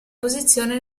posizione